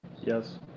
Yes